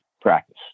practice